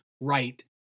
right